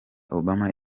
obama